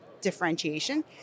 differentiation